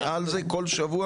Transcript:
אני על זה כל שבוע.